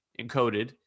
encoded